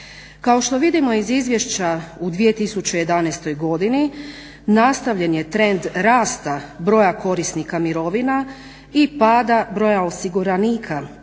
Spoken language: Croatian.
Kao što vidimo iz izvješća u 2011. godini nastavljen je trend rasta broja korisnika mirovina i pada broja osiguranika